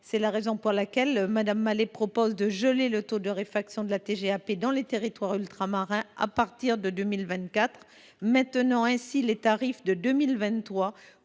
C’est la raison pour laquelle Mme Malet propose de geler le taux de réfaction de la TGAP dans les territoires ultramarins à partir de 2024, maintenant ainsi les tarifs de 2023